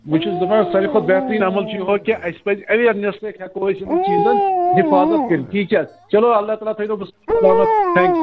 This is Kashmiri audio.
بہٕ چھُس دپان ساروی کھۄتہٕ بہتریٖن عَمَل چھُ یِہوٚے کہِ اَسہِ پَزِ ایٚویرنیٚس ہیٚکو أسۍ یمن چیٖزَن حفاظت کٔرِتھ ٹھیٖک چھِ چلو اللہ تعالیٰ تھٲیونو بہ صحت و سلامت ٹھینکس